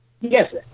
Yes